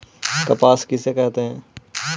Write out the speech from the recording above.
कपास किसे कहते हैं?